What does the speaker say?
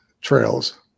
trails